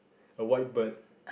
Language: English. a white bird